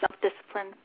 self-discipline